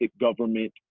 government